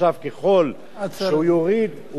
וחשב שככל שהוא יוריד,